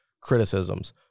criticisms